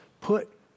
put